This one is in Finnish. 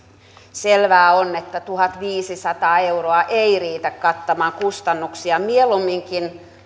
selvää on että tuhatviisisataa euroa ei riitä kattamaan kustannuksia mieluumminkin